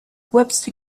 webster